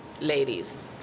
ladies